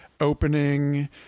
opening